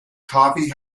coffee